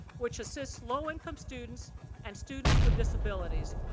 which assists low-income students and students with disabilities.